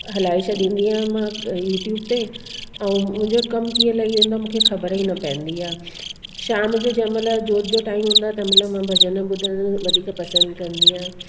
हलाइ छॾींदी आहियां मां यूट्यूब ते ऐं मुंहिंजो कम कीअं लही वेंदो आहे मूंखे ख़बर ई न पवंदी आहे शाम जो जंहिंमहिल जोत जो टाइम हूंदो आहे तंहिंमहिल मां भॼन ॿुधण वधीक पसंदि कंदी आहियां